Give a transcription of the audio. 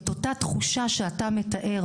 את אותה תחושה שאתה מתאר,